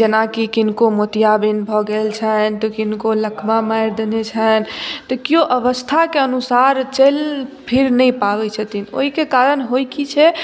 जेनाकि किनको मोतियाबिन्द भऽ गेल छनि तऽ किनको लकवा मारि देने छनि तऽ केओ अवस्थाके अनुसार चलि फिर नहि पाबै छथिन ओहिके कारण होइत की छै